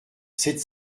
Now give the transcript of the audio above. sept